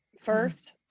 First